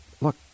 look